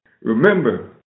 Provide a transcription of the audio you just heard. remember